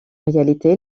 réalité